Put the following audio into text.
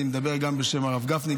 אני מדבר גם בשם הרב גפני,